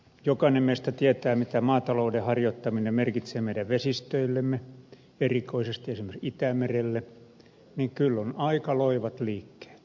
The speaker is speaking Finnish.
jokainen meistä tietää mitä maatalouden harjoittaminen merkitsee meidän vesistöillemme erikoisesti esimerkiksi itämerelle joten kyllä on aika loivat liikkeet